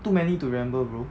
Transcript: too many to remember bro